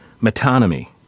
Metonymy